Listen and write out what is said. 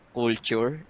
culture